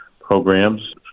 programs